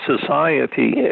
society